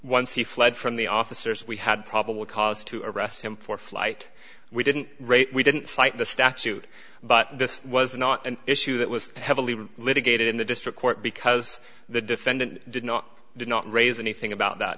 once he fled from the officers we had probable cause to arrest him for flight we didn't rate we didn't cite the statute but this was not an issue that was heavily litigated in the district court because the defendant did not did not raise anything about that